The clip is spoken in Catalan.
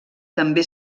també